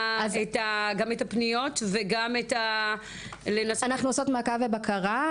הפניות וגם לנסות -- אנחנו עושות מעקב ובקרה.